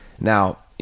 Now